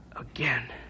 again